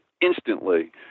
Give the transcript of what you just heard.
instantly